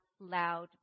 loud